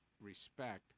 respect